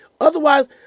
Otherwise